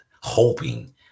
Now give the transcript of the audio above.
hoping